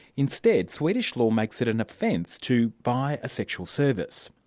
instead, swedish law makes it an offence to buy a sexual service.